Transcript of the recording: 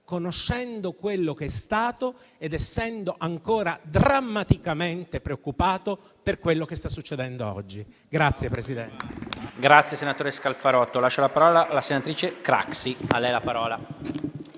conoscendo quello che è stato ed essendo ancora drammaticamente preoccupato per quello che sta succedendo oggi.